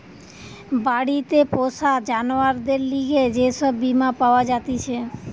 বাড়িতে পোষা জানোয়ারদের লিগে যে সব বীমা পাওয়া জাতিছে